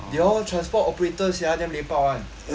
they all transport operators sia damn lepak [one]